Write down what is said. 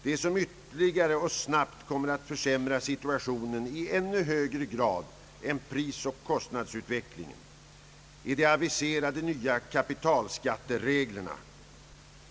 Det som ytterligare och snabbt kommer att försämra situationen i ännu högre grad än prisoch kostnadsutvecklingen är de aviserade nya kapitalskattereglerna.